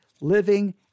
living